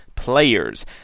Players